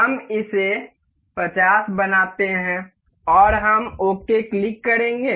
हम इसे 50 बनाते हैं और हम ओके क्लिक करेंगे